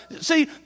See